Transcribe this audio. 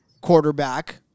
quarterback